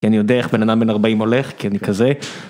כי אני יודע איך בן אדם בן 40 הולך, כי אני כזה.